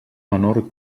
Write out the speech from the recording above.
menor